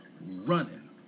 running